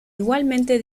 igualmente